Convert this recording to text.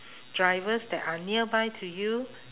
drivers that are nearby to you